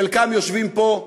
חלקם יושבים פה,